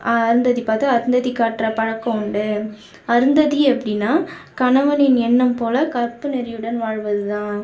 அருந்ததி பார்த்து அருந்ததி காட்டுற பழக்கம் உண்டு அருந்ததி அப்படினா கணவனின் எண்ணம் போல கற்பு நெறியுடன் வாழ்வதுதான்